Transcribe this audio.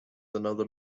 another